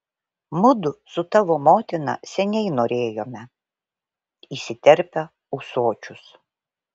mudu su tavo motina seniai norėjome įsiterpia ūsočius